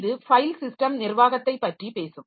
இது file system நிர்வாகத்தை பற்றி பேசும்